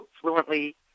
fluently